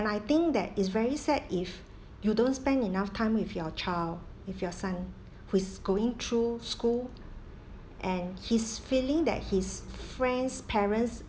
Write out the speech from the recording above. and I think that is very sad if you don't spend enough time with your child with your son who's going through school and he's feeling that his friend's parents